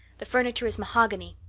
the furniture is mahogany.